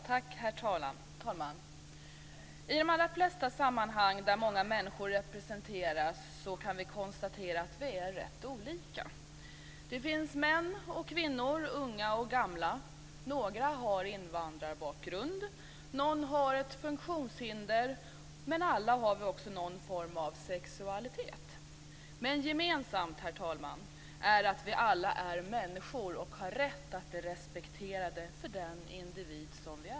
Herr talman! I de allra flesta sammanhang där många människor finns representerade kan vi konstatera att vi är rätt olika. Det finns män och kvinnor, unga och gamla. Några har en invandrarbakgrund, någon har ett funktionshinder, men alla har vi någon form av sexualitet! Gemensamt är att vi alla är människor och har rätt att bli respekterade som de individer vi är.